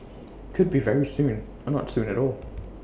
could be very soon or not soon at all